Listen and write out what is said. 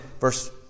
verse